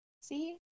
See